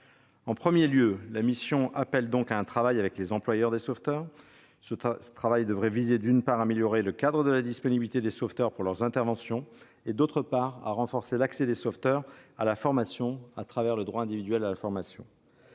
Avant tout, la mission appelle donc à un travail avec les employeurs des sauveteurs. Ce travail devrait viser, d'une part, à améliorer le cadre de la disponibilité des sauveteurs pour leurs interventions et, d'autre part, à renforcer l'accès des sauveteurs à la formation, le droit individuel à la formation